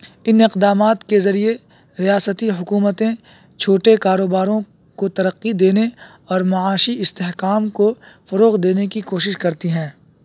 ان اقدامات کے ذریعے ریاستی حکومتیں چھوٹے کاروباروں کو ترقی دینے اور معاشی استحکام کو فروغ دینے کی کوشش کرتی ہیں